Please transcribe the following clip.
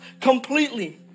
completely